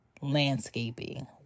landscaping